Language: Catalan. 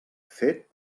fet